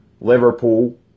Liverpool